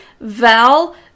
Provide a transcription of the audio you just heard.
Val